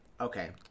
Okay